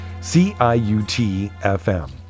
c-i-u-t-f-m